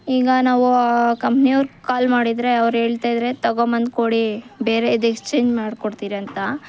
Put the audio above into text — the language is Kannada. ಈಗ ನಾವು ಕಂಪ್ನಿ ಅವ್ರು ಕಾಲ್ ಮಾಡಿದ್ರೆ ಅವ್ರು ಹೇಳ್ತಾ ಇದ್ದಾರೆ ತೊಗೊಂಡ್ಬಂದು ಕೊಡಿ ಬೇರೆದು ಎಕ್ಸ್ಚೇಂಜ್ ಮಾಡಿ ಕೊಡ್ತೀರಿ ಅಂತ